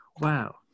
Wow